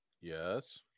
Yes